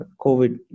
COVID